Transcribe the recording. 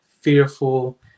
fearful